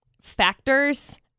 factors